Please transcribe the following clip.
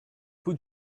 put